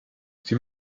sie